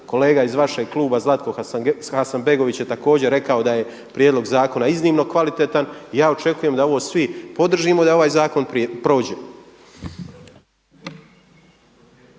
Kolega iz vašeg kluba Zlatko Hasanbegović je također rekao da je prijedlog zakona iznimno kvalitetan. I ja očekujem da ovo svi podržimo i da ovaj zakon prođe.